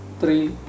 Three